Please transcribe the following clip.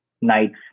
nights